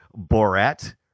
Borat